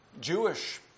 Jewish